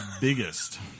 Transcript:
biggest